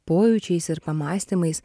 pojūčiais ir pamąstymais